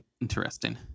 Interesting